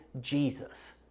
Jesus